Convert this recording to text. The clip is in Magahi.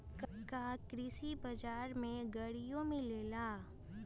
का कृषि बजार में गड़ियो मिलेला?